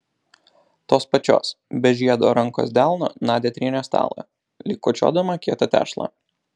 tos pačios be žiedo rankos delnu nadia trynė stalą lyg kočiodama kietą tešlą